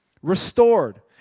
restored